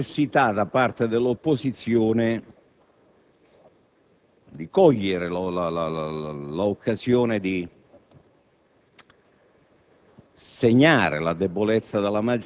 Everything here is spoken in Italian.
e la necessità dell'opposizione di cogliere l'occasione di